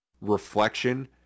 reflection